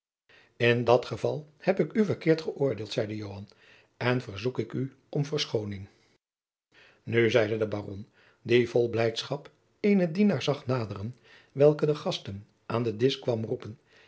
in dat geval heb ik u verkeerd beöordeeld zeide joan en verzoek u om verschoning nu zeide de baron die vol blijdschap eenen dienaar zag naderen welke de gasten aan den disch kwam roepen